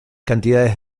cantidades